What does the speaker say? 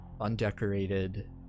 undecorated